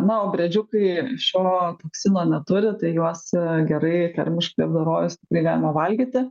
na o briedžiukai šio toksino neturi tai juos gerai termiškai apdorojus galėjome valgyti